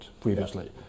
previously